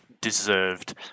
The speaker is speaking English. deserved